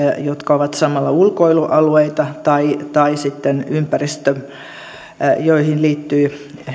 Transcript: jotka ovat samalla ulkoilualueita ja sitten ympäristössä johon liittyy